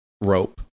rope